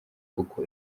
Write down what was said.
kuko